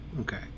okay